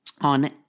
on